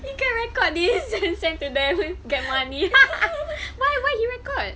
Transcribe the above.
he can record this and then send to them and get money why why he record